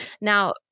Now